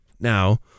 Now